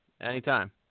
Anytime